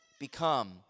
become